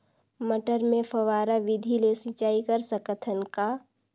मटर मे फव्वारा विधि ले सिंचाई कर सकत हन का?